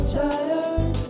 tired